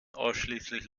ausschließlich